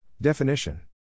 Definition